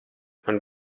man